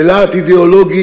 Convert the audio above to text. בלהט אידיאולוגי,